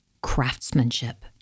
craftsmanship